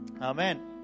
Amen